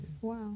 Wow